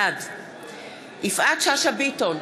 בעד יפעת שאשא ביטון,